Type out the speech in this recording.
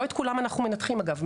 לא את כולם אנחנו מנתחים אגב,